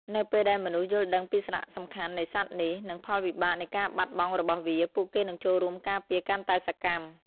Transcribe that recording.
នៅពេលដែលមនុស្សយល់ដឹងពីសារៈសំខាន់នៃសត្វនេះ និងផលវិបាកនៃការបាត់បង់របស់វា ពួកគេនឹងចូលរួមការពារកាន់តែសកម្ម។